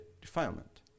defilement